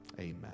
amen